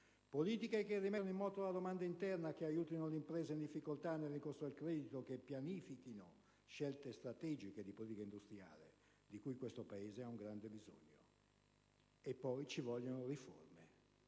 politiche che rimettano in moto la domanda interna, che aiutino le imprese in difficoltà nel ricorso al credito e che pianifichino scelte strategiche di politica industriale, di cui l'Italia ha un grande bisogno. Poi ci vogliono le riforme: